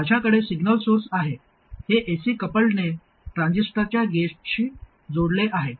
माझ्याकडे signal source आहे हे एसी कपल्डने ट्रान्झिस्टरच्या गेटशी जोडले आहे